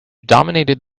dominated